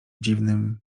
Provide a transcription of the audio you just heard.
dziwnym